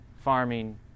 farming